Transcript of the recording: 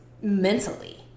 mentally